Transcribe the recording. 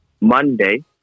monday